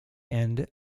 end